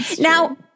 Now